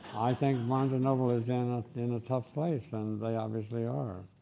i think barnes and noble is in ah in a tough place, and they obviously are.